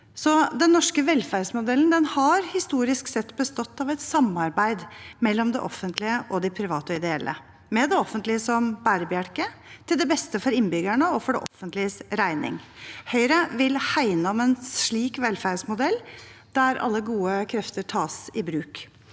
Den norske velferdsmodellen har historisk sett bestått av et samarbeid mellom det offentlige og de private og ideelle, med det offentlige som bærebjelke – til det beste for innbyggerne og for det offentliges regning. Høyre vil hegne om en slik velferdsmodell, der alle gode krefter tas i bruk.